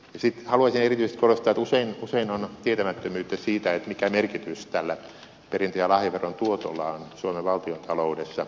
sitten haluaisin erityisesti korostaa että usein on tietämättömyyttä siitä mikä merkitys tällä perintö ja lahjaveron tuotolla on suomen valtiontaloudessa